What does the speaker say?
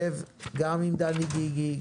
תשב גם עם דני גיגי,